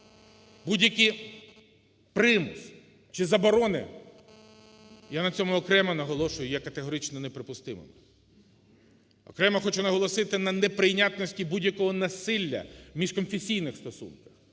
будь-який примус чи заборони, – я на цьому окремо наголошую, – є категорично неприпустимо. Окремо хочу наголосити на неприйнятності будь-якого насилля в міжконфесійних стосунках.